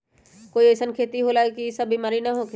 कोई अईसन खेती होला की वो में ई सब बीमारी न होखे?